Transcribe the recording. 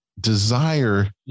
Desire